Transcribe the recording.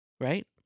Right